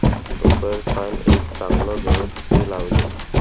टोकरसान एक चागलं गवत से लावले